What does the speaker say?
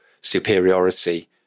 superiority